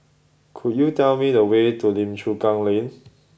could you tell me the way to Lim Chu Kang Lane